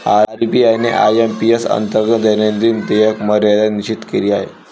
RBI ने IMPS अंतर्गत दैनंदिन देयक मर्यादा निश्चित केली आहे